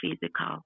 physical